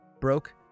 broke